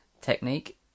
technique